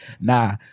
Nah